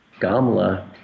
Gamla